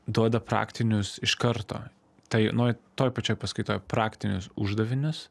duoda praktinius iš karto tai nuo toj pačioj paskaitoj praktinius uždavinius